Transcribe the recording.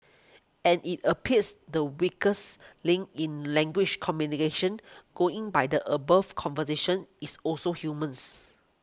and it appears the weakest link in language communication going by the above conversation is also humans